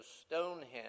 Stonehenge